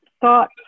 thought